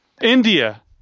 India